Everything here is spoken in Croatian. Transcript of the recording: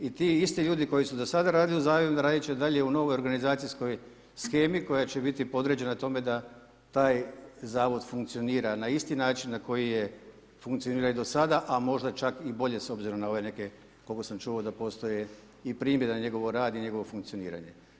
I ti isti ljudi koji su do sad radili u Zavodu, raditi će dalje u novoj organizacijskoj shemi koja će biti podređena tome da taj Zavod funkcionira na isti način na koji je funkcionirao i do sada a možda čak i bolje s obzirom na ove, koliko sam čuo da postoje i primjedbe na njegov rad i na njegovo funkcioniranje.